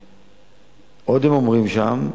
עוד הם אומרים שם,